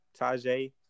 Tajay